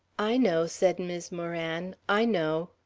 i know, said mis' moran, i know.